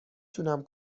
تونم